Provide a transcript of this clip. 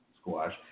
squash